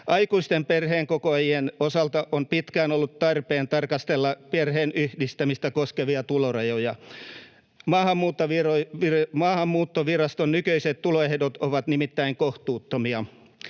Aikuisten perheenkokoajien osalta on pitkään ollut tarpeen tarkastella perheenyhdistämistä koskevia tulorajoja. Maahanmuuttoviraston nykyiset tuloehdot ovat nimittäin kohtuuttomia.